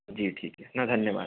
जी ठीक है न धन्यवाद